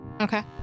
Okay